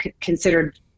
considered